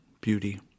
beauty